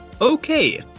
Okay